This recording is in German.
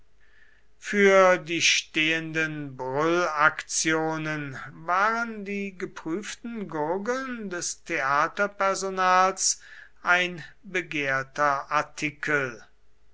für die stehenden brüllaktionen waren die geprüften gurgeln des theaterpersonals ein begehrter artikel